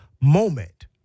moment